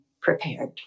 prepared